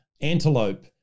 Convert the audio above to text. antelope